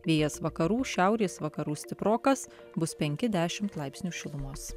vėjas vakarų šiaurės vakarų stiprokas bus penki dešimt laipsnių šilumos